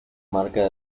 marca